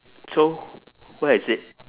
so where is it